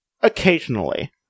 Occasionally